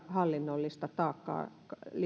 hallinnollista taakkaa